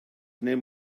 name